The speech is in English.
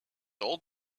old